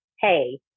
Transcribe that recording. hey